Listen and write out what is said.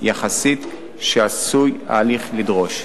יחסית שההליך עשוי לדרוש.